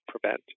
prevent